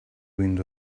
wind